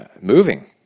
moving